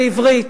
בעברית.